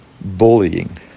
bullying